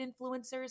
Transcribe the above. influencers